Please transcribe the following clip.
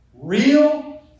Real